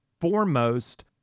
foremost